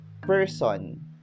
person